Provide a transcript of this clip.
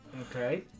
Okay